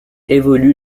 évolue